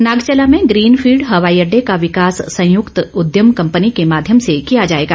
नागचला में green field हवाई अड्डे का विकास संयुक्त उद्यम कंपनी के माध्यम से किया जाएगा